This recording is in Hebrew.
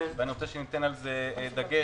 אני רוצה שניתן על זה דגש,